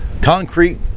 concrete